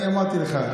אני אמרתי לך,